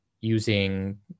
using